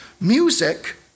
Music